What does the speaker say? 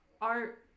art